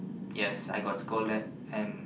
yes I got scolded and